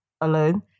alone